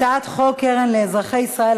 הצעת חוק קרן לאזרחי ישראל,